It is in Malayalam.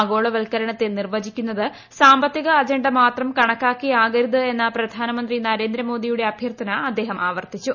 ആഗോളവത്കരണത്തെ നിർവചിക്കുന്നത് സാമ്പത്തിക അജണ്ടമാത്രം കണക്കാക്കി ആകരുത് എന്ന പ്രധാനമന്ത്രി നരേന്ദ്രമോദിയുടെ അഭ്യർത്ഥന അദ്ദേഹം ആവർത്തിച്ചു